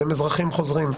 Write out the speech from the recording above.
הם אזרחים חוזרים.